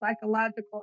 psychological